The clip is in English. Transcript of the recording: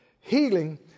healing